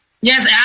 Yes